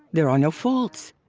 there are no faults.